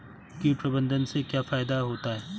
कीट प्रबंधन से क्या फायदा होता है?